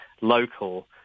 local